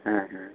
ᱦᱮᱸ ᱦᱮᱸ